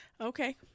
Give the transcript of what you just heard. Okay